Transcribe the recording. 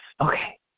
Okay